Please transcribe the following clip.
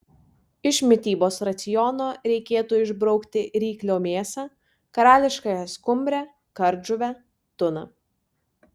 iš mitybos raciono reikėtų išbraukti ryklio mėsą karališkąją skumbrę kardžuvę tuną